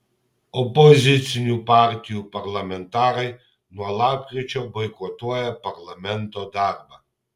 opozicinių partijų parlamentarai nuo lapkričio boikotuoja parlamento darbą